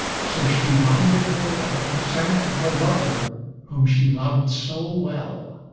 so she minded her of aucassin her lover whom she loved so well.